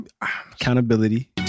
Accountability